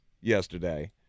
yesterday